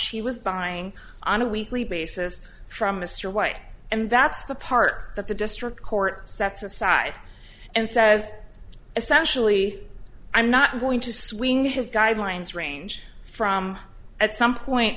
he was dying on a weekly basis from mr white and that's the part that the district court sets aside and says essentially i'm not going to swing his guidelines range from at some point